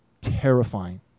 terrifying